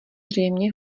zřejmě